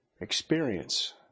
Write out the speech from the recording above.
experience